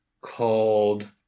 called